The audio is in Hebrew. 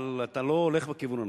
אבל אתה לא הולך בכיוון הנכון.